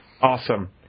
Awesome